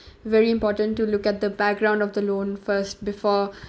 very important to look at the background of the loan first before